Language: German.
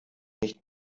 nicht